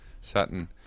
Saturn